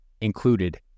included